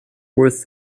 worth